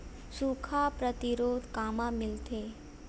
सुखा प्रतिरोध कामा मिलथे?